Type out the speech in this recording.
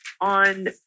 on